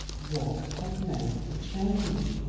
what had made the change?